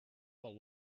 will